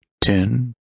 ten